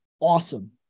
awesome